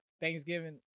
Thanksgiving